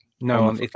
No